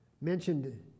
mentioned